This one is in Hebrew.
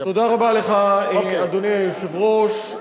תודה רבה לך, אדוני היושב-ראש.